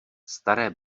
staré